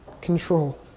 control